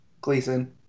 gleason